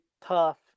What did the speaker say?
tough